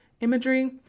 imagery